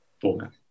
format